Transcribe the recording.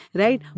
right